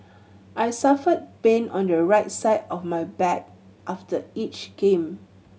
I suffer pain on your right side of my back after each game